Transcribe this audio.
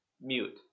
mute